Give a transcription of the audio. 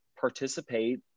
participate